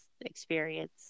experience